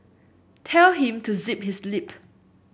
tell him to zip his lip